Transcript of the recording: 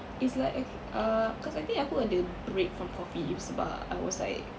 it's like I think uh cause I think aku ada break from coffee sebab I was like